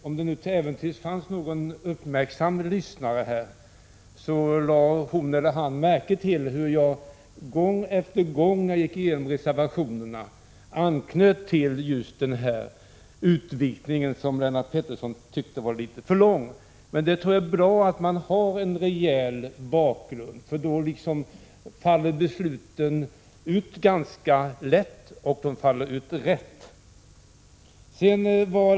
Om det till äventyrs fanns någon uppmärksamma lyssnare här, lade hon eller han märke till, att jag när jag gick igenom reservationerna gång efter gång anknöt till utvikningarna som Lennart Pettersson tyckte var litet för långa. Jag tror det är bra att ha en rejäl bakgrund, för då faller besluten ut ganska lätt och ganska rätt.